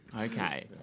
Okay